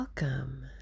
Welcome